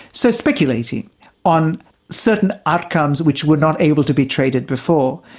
so speculating on certain outcomes which were not able to be traded before.